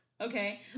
okay